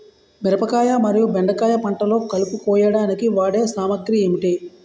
మిరపకాయ మరియు బెండకాయ పంటలో కలుపు కోయడానికి వాడే సామాగ్రి ఏమిటి?